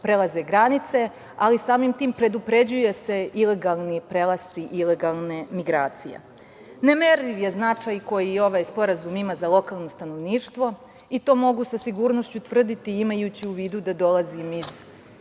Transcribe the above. prelaze granice ali samim tim predupređuju se ilegalni prelasci i ilegalne migracije. Nemerljiv je značaj koji ovaj sporazum ima za lokalno stanovništvo i to mogu sa sigurnošću tvrditi imajući u vidu da dolazim iz